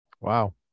Wow